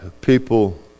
people